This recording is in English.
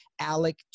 Alec